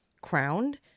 crowned